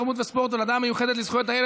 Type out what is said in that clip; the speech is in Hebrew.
התרבות והספורט והוועדה המיוחדת לזכויות הילד